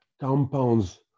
compounds